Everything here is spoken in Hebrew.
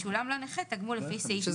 ישולם לנכה תגמול לפי סעיף 5," זה